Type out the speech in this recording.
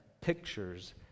pictures